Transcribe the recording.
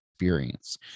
Experience